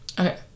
okay